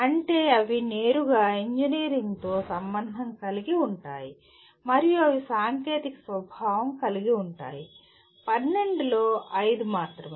అంటే అవి నేరుగా ఇంజనీరింగ్తో సంబంధం కలిగి ఉంటాయి మరియు అవి సాంకేతిక స్వభావం కలిగివుంటాయి 12 లో 5 మాత్రమే